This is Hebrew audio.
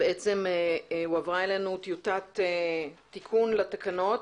הועברה אלינו טיוטת תיקון לתקנות